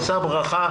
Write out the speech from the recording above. שא ברכה.